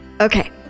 okay